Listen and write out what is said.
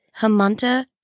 Hamanta